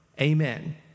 amen